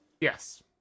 Yes